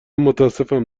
متاسفم